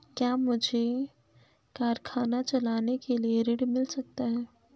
क्या मुझे कारखाना चलाने के लिए ऋण मिल सकता है?